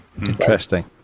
interesting